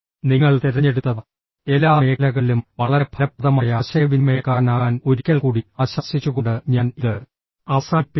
നിങ്ങൾ തിരഞ്ഞെടുത്ത എല്ലാ മേഖലകളിലും വളരെ ഫലപ്രദമായ ആശയവിനിമയക്കാരനാകാൻ ഒരിക്കൽക്കൂടി ആശംസിച്ചുകൊണ്ട് ഞാൻ ഇത് അവസാനിപ്പിക്കട്ടെ